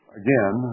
again